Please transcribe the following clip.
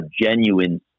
genuine